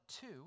two